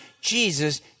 Jesus